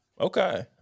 Okay